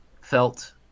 felt